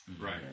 Right